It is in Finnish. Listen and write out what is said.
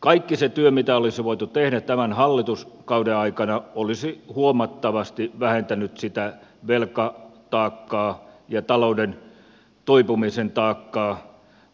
kaikki se työ mitä olisi voitu tehdä tämän hallituskauden aikana olisi huomattavasti vähentänyt velkataakkaa ja talouden toipumisen taakkaa